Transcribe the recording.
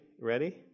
Ready